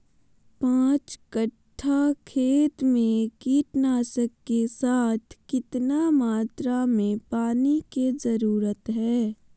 पांच कट्ठा खेत में कीटनाशक के साथ कितना मात्रा में पानी के जरूरत है?